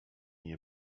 nie